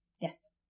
Yes